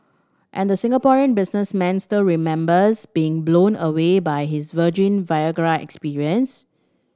and the Singaporean businessman still remembers being blown away by his virgin Viagra experience